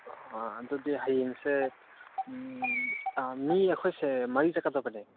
ꯑꯗꯨꯗꯤ ꯍꯌꯦꯡꯁꯦ ꯎꯝ ꯃꯤ ꯑꯩꯈꯣꯏꯁꯦ ꯃꯔꯤ ꯆꯠꯀꯗꯕꯅꯦ